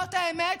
זאת האמת,